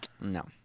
No